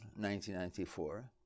1994